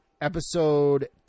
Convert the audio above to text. Episode